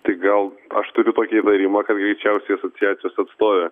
tai gal aš turiu tokį įtarimą kad greičiausiai asociacijos atstovė